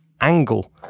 angle